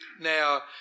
Now